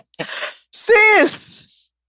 Sis